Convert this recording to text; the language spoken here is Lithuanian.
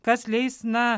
kas leis na